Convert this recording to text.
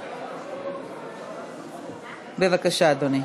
בבקשה, אדוני.